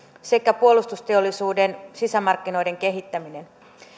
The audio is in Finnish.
sekä puolustusteollisuuden sisämarkkinoiden kehittäminen